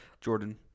Jordan